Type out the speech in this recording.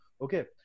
Okay